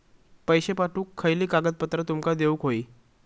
पैशे पाठवुक खयली कागदपत्रा तुमका देऊक व्हयी?